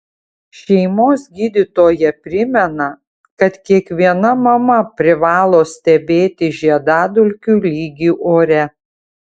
šeimos gydytoja primena kad kiekviena mama privalo stebėti žiedadulkių lygį ore